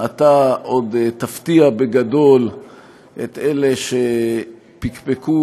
אתה עוד תפתיע בגדול את אלה שפקפקו